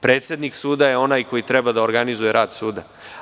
Predsednik suda je onaj koji treba da organizuje rad suda.